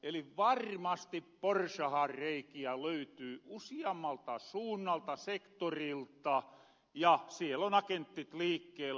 eli varmasti porsahanreikiä löytyy usiammalta suunnalta sektorilta ja siellä on agenttit liikkeellä